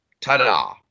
Ta-da